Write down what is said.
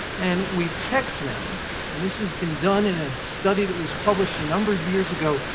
and we text them and this has been done in a study that was published a number of years ago,